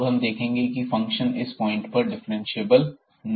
अब हम यह देखेंगे कि फंक्शन इस पॉइंट पर डिफरेंशिएबल नहीं है